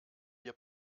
wir